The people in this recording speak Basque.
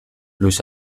luis